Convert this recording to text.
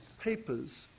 papers